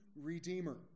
redeemer